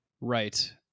Right